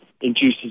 induces